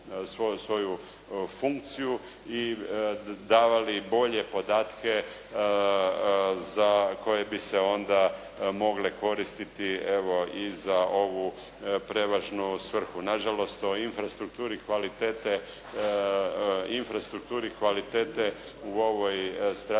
svoju funkciju i davali bolje podatke za koje bi se onda mogle koristiti evo i za ovu prevažnu svrhu. Nažalost o infrastrukturi kvalitete u ovoj strategiji